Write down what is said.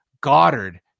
Goddard